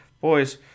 Boys